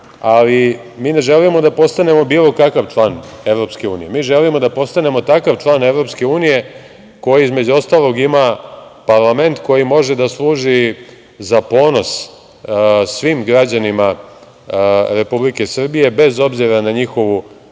EU. Mi ne želimo da postanemo bilo kakav član EU. Mi želimo da postanemo takav član EU koji između ostalog ima parlament koji može da služi za ponos svim građanima Republike Srbije, bez obzira na njihovu